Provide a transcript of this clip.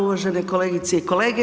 Uvažene kolegice i kolege.